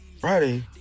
Friday